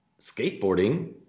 skateboarding